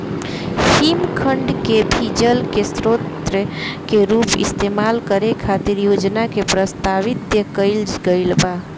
हिमखंड के भी जल के स्रोत के रूप इस्तेमाल करे खातिर योजना के प्रस्तावित कईल गईल बा